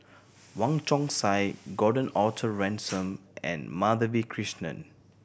Wong Chong Sai Gordon Arthur Ransome and Madhavi Krishnan